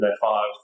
five